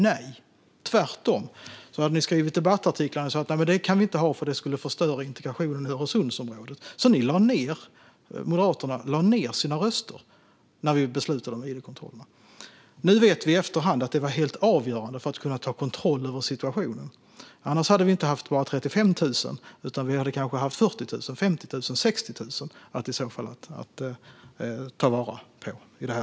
Nej, tvärtom hade ni skrivit debattartiklar där ni sa att de skulle förstöra integrationen i Öresundsområdet. Moderaterna lade ned sina röster när vi beslutade om id-kontrollerna. Nu vet vi i efterhand att id-kontrollerna var helt avgörande för att ta kontroll över situationen. Annars hade vi inte bara haft 35 000 utan kanske 40 000, 50 000 eller 60 000 ensamkommande att ta vara på.